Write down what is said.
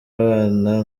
abana